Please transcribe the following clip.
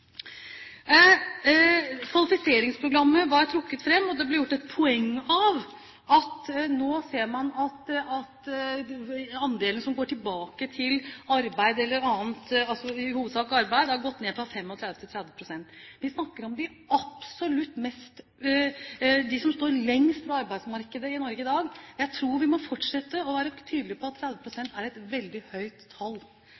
Kvalifiseringsprogrammet var trukket fram, og det ble gjort et poeng av at nå ser man at andelen som går tilbake til i hovedsak arbeid, har gått ned fra 35 til 30 pst. Vi snakker om dem som står lengst fra arbeidsmarkedet i Norge i dag. Jeg tror vi må fortsette å være tydelige på at 30